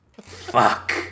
Fuck